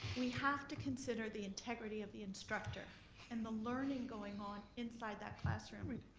we have to consider the integrity of the instructor and the learning going on inside that classroom.